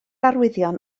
arwyddion